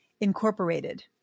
Incorporated